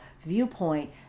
viewpoint